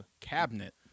cabinet